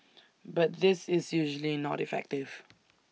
but this is usually not effective